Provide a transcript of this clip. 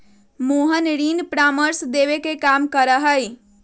मोहन ऋण परामर्श देवे के काम करा हई